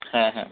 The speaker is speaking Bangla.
হ্যাঁ হ্যাঁ